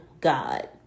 God